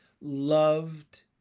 loved